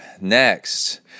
next